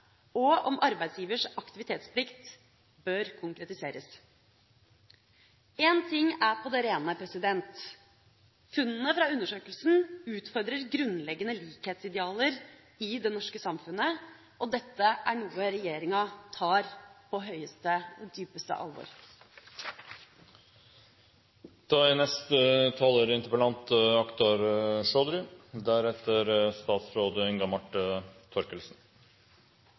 og om arbeidsgivers aktivitetsplikt bør konkretiseres. Én ting er på det rene: Funnene fra undersøkelsen utfordrer grunnleggende likhetsidealer i det norske samfunnet, og dette er noe regjeringa tar på dypeste alvor. Jeg takker en meget velvillig statsråd, og